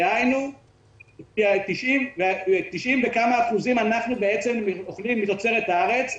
דהיינו 90 וכמה אחוזים אנחנו בעצם אוכלים מתוצרת הארץ.